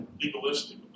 legalistic